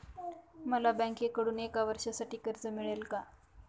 मला बँकेकडून एका वर्षासाठी कर्ज मिळेल का?